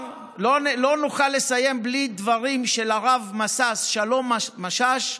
לא נוכל לסיים בלי דברים של הרב שלום משאש,